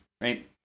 right